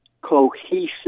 cohesive